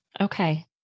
Okay